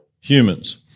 humans